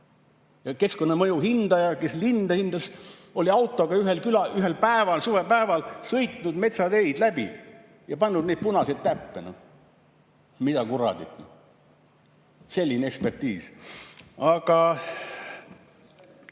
on. Keskkonnamõjude hindaja, kes linde hindas, oli autoga ühel suvepäeval sõitnud metsateid läbi ja pannud neid punaseid täppe. Mida kuradit? Selline ekspertiis?